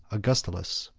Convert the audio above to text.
augustulus